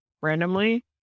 randomly